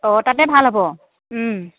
অঁ তাতে ভাল হ'ব